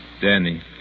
Danny